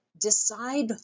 decide